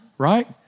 right